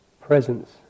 presence